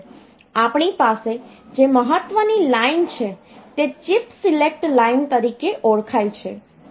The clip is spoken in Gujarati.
આપણી પાસે જે મહત્વની લાઇન છે તે ચિપ સિલેક્ટ લાઇન તરીકે ઓળખાય છે